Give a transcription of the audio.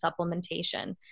supplementation